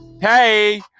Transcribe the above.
Hey